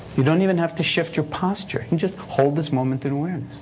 you don't even have to shift your posture you just hold this moment in awareness